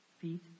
feet